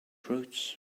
routes